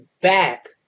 back